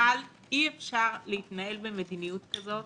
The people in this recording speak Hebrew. אבל אי-אפשר להתנהל במדיניות כזאת